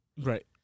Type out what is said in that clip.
Right